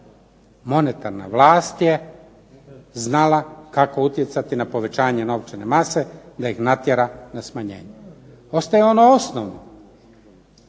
Monetarna vlast je znala kako utjecati na povećanje novčane mase da ih natjera na smanjenje. Ostaje ono osnovno,